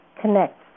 connect